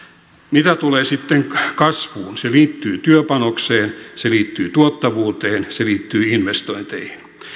mitä tulee sitten kasvuun se liittyy työpanokseen se liittyy tuottavuuteen se liittyy investointeihin